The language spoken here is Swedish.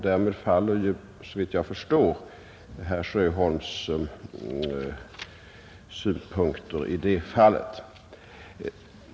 Därmed faller såvitt jag förstår herr Sjöholms synpunkter i det fallet.